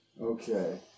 Okay